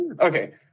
Okay